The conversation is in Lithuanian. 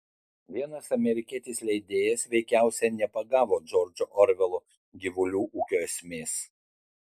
vienas amerikietis leidėjas veikiausiai nepagavo džordžo orvelo gyvulių ūkio esmės